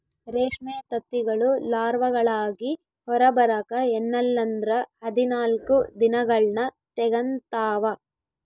ರೇಷ್ಮೆ ತತ್ತಿಗಳು ಲಾರ್ವಾಗಳಾಗಿ ಹೊರಬರಕ ಎನ್ನಲ್ಲಂದ್ರ ಹದಿನಾಲ್ಕು ದಿನಗಳ್ನ ತೆಗಂತಾವ